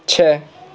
چھ